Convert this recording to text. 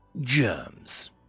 Germs